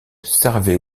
servait